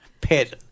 pet